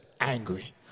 angry